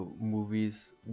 movies